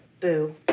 Boo